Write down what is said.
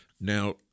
Now